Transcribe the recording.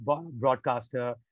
broadcaster